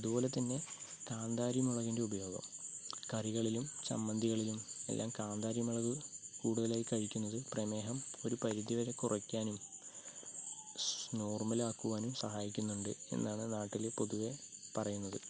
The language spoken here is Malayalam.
അതുപോലെ തന്നെ കാന്താരി മുളകിൻ്റെ ഉപയോഗം കറികളിലും ചമ്മന്തികളിലും എല്ലാം കാന്താരി മുളക് കൂടുതലായി കഴിക്കുന്നത് പ്രമേഹം ഒരു പരിധി വരെ കുറയ്ക്കാനും സ് നോർമലാക്കുവാനും സഹായിക്കുന്നുണ്ട് എന്നാണ് നാട്ടിൽ പൊതുവേ പറയുന്നത്